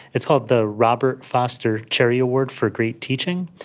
it's called the robert foster cherry award for great teaching,